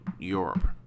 europe